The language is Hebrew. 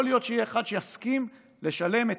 יכול להיות שיהיה אחד שיסכים לשלם את